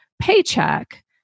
paycheck